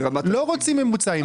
לא רוצים ממוצעים.